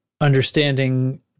understanding